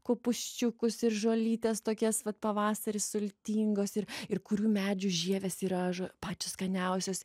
kopūsčiukus ir žolytes tokias vat pavasarį sultingos ir ir kurių medžių žievės yra žo pačios skaniausios